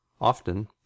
Often